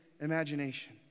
imagination